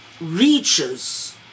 reaches